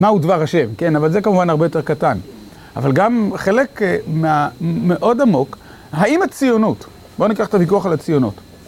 מהו דבר השם, כן, אבל זה כמובן הרבה יותר קטן. אבל גם חלק מאוד עמוק, האם הציונות, בואו ניקח את הוויכוח על הציונות.